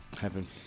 Heaven